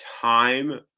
time